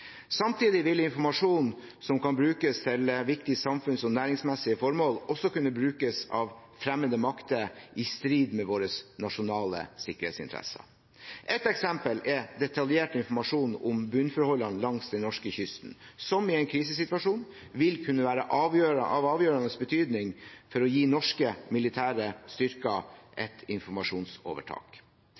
Samtidig vil informasjon som kan brukes til viktige samfunns- og næringsmessige formål, også kunne brukes av fremmede makter, i strid med våre nasjonale sikkerhetsinteresser. Ett eksempel er detaljert informasjon om bunnforholdene langs den norske kysten, som i en krisesituasjon vil kunne være av avgjørende betydning for å gi norske militære styrker et informasjonsovertak.